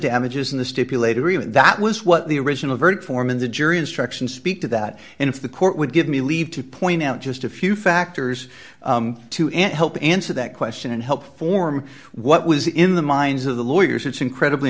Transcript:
damages in the stipulated that was what the original verdict form and the jury instructions speak to that and if the court would give me leave to point out just a few factors to and help answer that question and help form what was in the minds of the lawyers it's incredibly